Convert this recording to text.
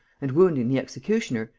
and wounding the executioner,